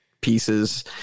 pieces